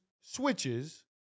switches